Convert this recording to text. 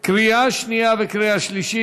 קריאה שנייה וקריאה שלישית.